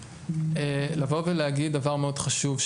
לבוא ולהגיד דבר מאוד חשוב,